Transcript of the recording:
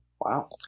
Wow